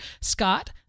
Scott